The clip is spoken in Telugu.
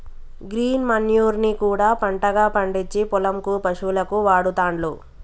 గ్రీన్ మన్యుర్ ని కూడా పంటగా పండిచ్చి పొలం కు పశువులకు వాడుతాండ్లు